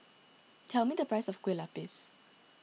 tell me the price of Kue Lupis